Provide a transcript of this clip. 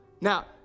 Now